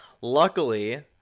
Luckily